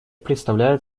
представляет